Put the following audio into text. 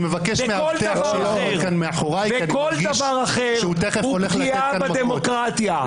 כל דבר אחר הוא פגיעה בדמוקרטיה.